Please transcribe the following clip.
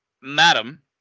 madam